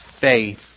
faith